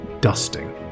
dusting